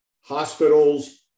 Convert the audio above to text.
hospitals